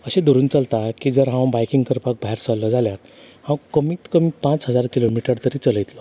अशें धरून चलता की जर हांव बायकींग करपाक भायर सरलो जाल्यार हांव कमीत कमी पांच हजार किलोमिटर तरी चलयतलो